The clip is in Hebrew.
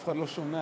אף אחד לא שומע,